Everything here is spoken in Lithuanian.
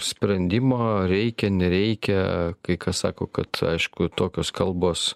sprendimo reikia nereikia kai kas sako kad aišku tokios kalbos